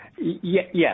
Yes